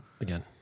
again